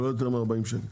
לא יותר מ-40 שקל.